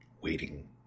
waiting